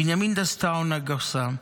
בנימין דסטאו נגוסה.